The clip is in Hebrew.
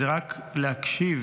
זה רק להקשיב